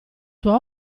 tua